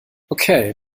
okay